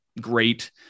great